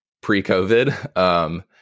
pre-COVID